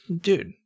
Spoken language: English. dude